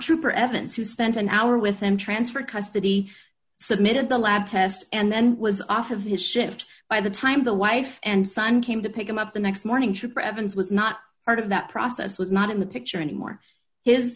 trooper evans who spent an hour with him transferred custody submitted the lab test and then was off of his shift by the time the wife and son came to pick him up the next morning trooper evans was not part of that process was not in the picture anymore his